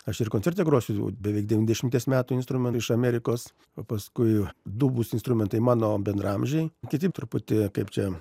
aš ir koncerte grosiu beveik devyniasdešimties metų instrumentu iš amerikos o paskui du mūsų instrumentai mano bendraamžiai kiti truputį kaip čia